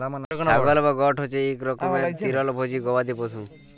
ছাগল বা গট হছে ইক রকমের তিরলভোজী গবাদি পশু